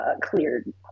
cleared